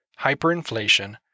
hyperinflation